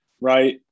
Right